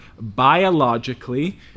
biologically